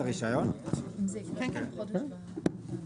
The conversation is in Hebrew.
יש בעיה אחרת,